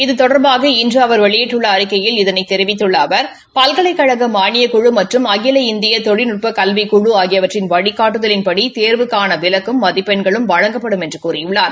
இது தொடர்பாக இன்று அவர் வெளியிட்டுள்ள அறிக்கையில் இதனைத் தெரிவித்துள்ள அவர் பல்கலைக்கழக மாளியக் குழு மற்றும் அகில இந்திய தொழில்நுட்ப கல்விக்குழு ஆகியவற்றின் வழிகாட்டுதலின்படி தோவுக்கான் விலக்கும் மதிப்பெண்களும் வழங்கப்படும் என்று கூறியுள்ளார்